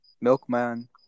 Milkman